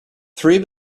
three